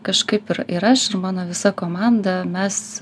kažkaip ir ir aš ir mano visa komanda mes